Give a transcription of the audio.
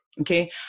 Okay